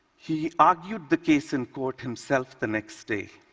he argued the case in court himself the next day.